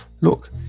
Look